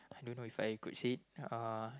I don't know If I could say uh